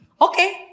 Okay